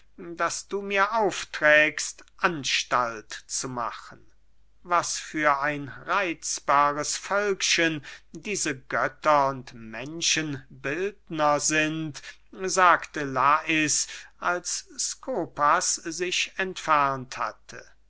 das du mir aufträgst anstalt zu machen was für ein reitzbares völkchen diese götter und menschenbildner sind sagte lais als skopas sich entfernt hatte